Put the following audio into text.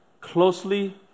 closely